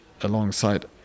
alongside